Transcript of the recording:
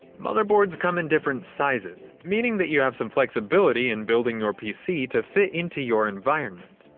motherboards come in different sizes meaning that you have some flexibility in building your pc to fit into your environment.